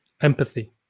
empathy